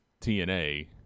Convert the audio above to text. TNA